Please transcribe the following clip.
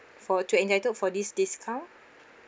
for to entitle for this discount